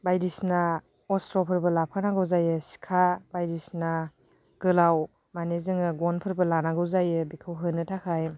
बायदिसिना अस्थ्रफोरबो लाफानांगौ जायो सिखा बायदिसिना गोलाव माने जोङो गनफोरबो लानांगौ जायो बेखौ होनो थाखाय